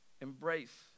embrace